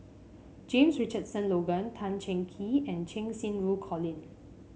James Richardson Logan Tan Cheng Kee and Cheng Xinru Colin